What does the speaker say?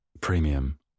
premium